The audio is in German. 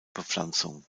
bepflanzung